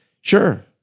sure